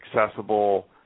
accessible